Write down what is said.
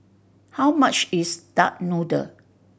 how much is duck noodle